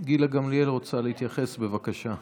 גילה גמליאל רוצה להתייחס, בבקשה.